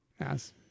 Yes